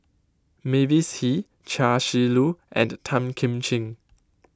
Mavis Hee Chia Shi Lu and Tan Kim Ching